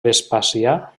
vespasià